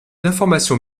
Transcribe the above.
d’information